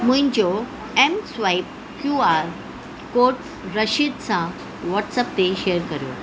मुंहिंजो M swipe Q R code रशिद सां व्हॉट्सप ते शेयर करियो